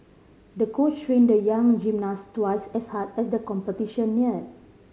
the coach trained the young gymnast twice as hard as the competition near